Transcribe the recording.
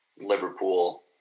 Liverpool